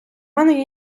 мене